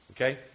Okay